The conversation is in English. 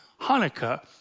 Hanukkah